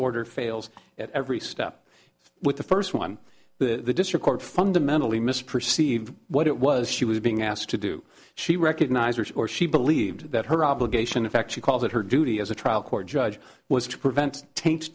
order fails at every step with the first one the district court fundamentally misperceived what it was she was being asked to do she recognized or she believed that her obligation in fact she calls it her duty as a trial court judge was to prevent ta